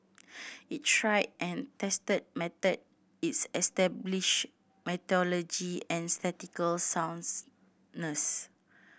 it's tried and tested method it's established methodology and statistical soundness